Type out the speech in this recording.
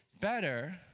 better